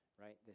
right